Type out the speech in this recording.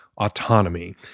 autonomy